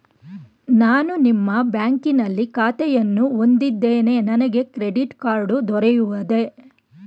ನಾನು ನಿಮ್ಮ ಬ್ಯಾಂಕಿನಲ್ಲಿ ಖಾತೆಯನ್ನು ಹೊಂದಿದ್ದೇನೆ ನನಗೆ ಕ್ರೆಡಿಟ್ ಕಾರ್ಡ್ ದೊರೆಯುವುದೇ?